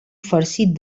farcit